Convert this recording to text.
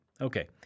Okay